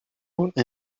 simple